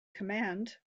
command